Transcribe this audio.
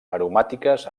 aromàtiques